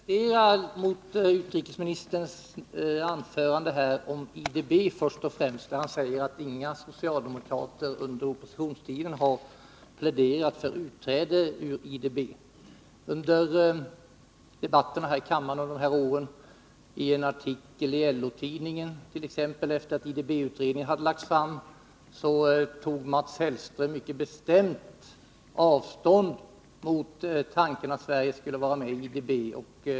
Herr talman! Jag måste protestera mot utrikesministerns anförande, först och främst när han säger om IDB att inga socialdemokrater under oppositionstiden har pläderat för utträde ur IDB. Under debatterna här i kammaren under de här åren och exempelvis i en artikel i LO-tidningen efter det att IDB-utredningen hade lagts fram, tog Mats Hellström mycket bestämt avstånd från tanken att Sverige skulle vara med i IDB.